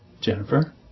Jennifer